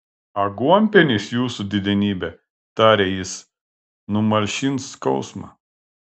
aguonpienis jūsų didenybe tarė jis numalšins skausmą